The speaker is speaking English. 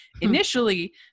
Initially